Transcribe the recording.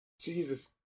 Jesus